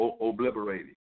obliterated